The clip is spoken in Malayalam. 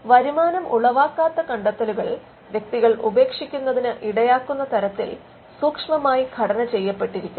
വരുമാനം ഉളവാക്കാത്ത കണ്ടത്തെലുകൾ വ്യക്തികൾ ഉപേക്ഷിക്കുന്നതിന് ഇടയാക്കുന്ന തരത്തിൽ സൂക്ഷ്മമായി ഘടന ചെയ്യപ്പെട്ടിരിക്കുന്നു